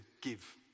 give